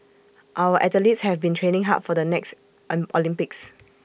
our athletes have been training hard for the next an Olympics